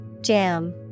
Jam